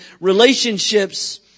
relationships